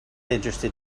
interested